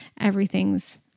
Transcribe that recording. everything's